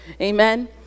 Amen